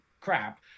crap